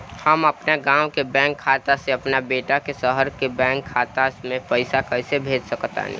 हम अपना गाँव के बैंक खाता से अपना बेटा के शहर के बैंक खाता मे पैसा कैसे भेज सकत बानी?